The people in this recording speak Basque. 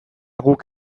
guk